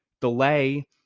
delay